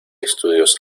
estudios